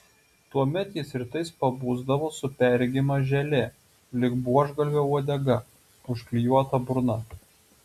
tuomet jis rytais pabusdavo su perregima želė lyg buožgalvio uodega užklijuota burna